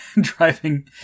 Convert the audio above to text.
driving